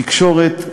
תקשורת,